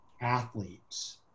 athletes